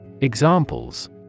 Examples